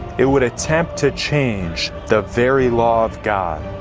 it would attempt to change the very law of god.